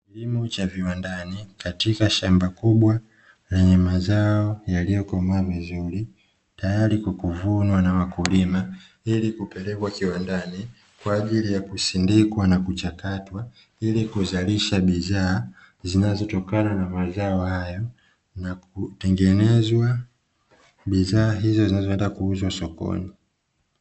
Kilimo cha viwandani katika shamba kubwa lenye mazao yaliyokomaa vizuri, tayari kwa kuvunwa na wakulima, ili kupelekwa kiwandani kwa ajili ya kusindikwa na kuchakatwa, ili kuzalisha bidhaa zinazotokana na mazao hayo na kutengenezwa bidhaa hizo zinazoenda kuuzwa sokoni.